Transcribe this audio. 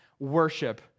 worship